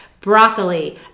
broccoli